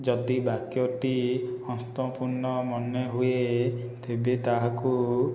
ଯଦି ବାକ୍ୟଟି ଅସମ୍ପୂର୍ଣ୍ଣ ମନେ ହୁଏ ତେବେ ତାହାକୁ